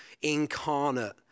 incarnate